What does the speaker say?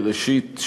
ראשית,